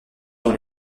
dans